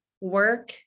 work